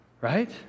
Right